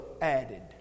added